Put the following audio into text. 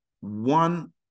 one